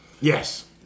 Yes